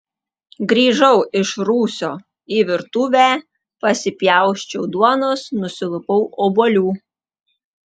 grįžau iš rūsio į virtuvę pasipjausčiau duonos nusilupau obuolių